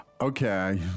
Okay